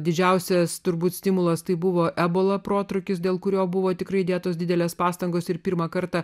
didžiausias turbūt stimulas tai buvo ebola protrūkis dėl kurio buvo tikrai įdėtos didelės pastangos ir pirmą kartą